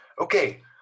okay